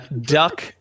duck